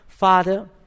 Father